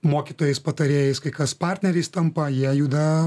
mokytojais patarėjais kai kas partneriais tampa jie juda